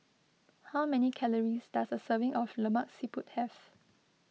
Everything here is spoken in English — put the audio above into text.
how many calories does a serving of Lemak Siput have